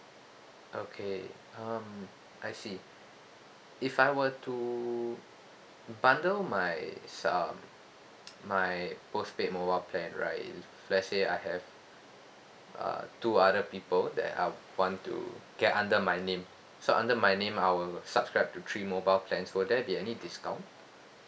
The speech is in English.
okay um I see if I were to bundle my uh my postpaid mobile plan right let's say I have uh two other people that uh want to get under my name so under my name I'll subscribe to three mobile plans will that be any discount